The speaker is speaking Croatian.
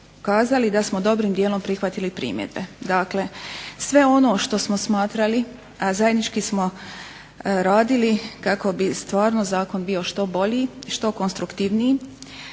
da smo dobrim dijelom prihvatili primjedbe. Dakle, sve ono što smo smatrali, a zajednički smo radili kako bi stvarno zakon bio što bolji, što konstruktivniji